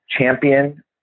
champion